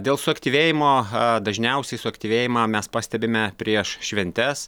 dėl suaktyvėjimo a dažniausiai suaktyvėjimą mes pastebime prieš šventes